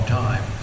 time